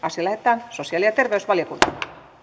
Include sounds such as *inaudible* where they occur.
*unintelligible* asia lähetetään sosiaali ja terveysvaliokuntaan